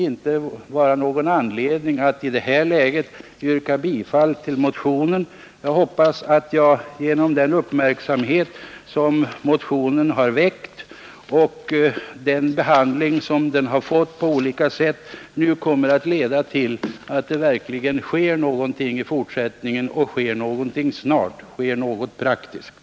Jag har ingen anledning att i det här läget yrka bifall till motionen. Jag hoppas att den uppmärksamhet som motionen har väckt och den behandling som den har fått på olika sätt kommer att leda till att det verkligen sker någonting praktiskt, och det snart.